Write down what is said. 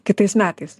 kitais metais